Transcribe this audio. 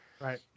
Right